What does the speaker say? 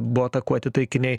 buvo atakuoti taikiniai